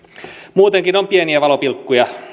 muutenkin on pieniä valopilkkuja